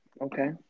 Okay